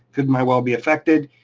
could my well be affected?